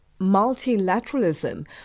multilateralism